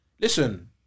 Listen